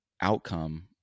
outcome